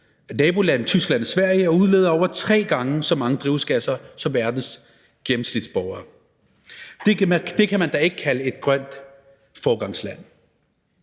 nabolande, Tyskland og Sverige, og udleder over tre gange så mange drivhusgasser som verdens gennemsnitsborger. Det kan man da ikke kalde et grønt foregangsland.